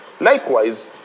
likewise